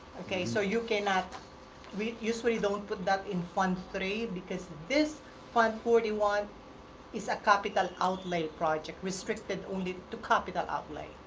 okay. so you cannot we usually don't put that in fund three, because this fund forty one is a capital outlay project, restricted only to capital outlay.